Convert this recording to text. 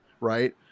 right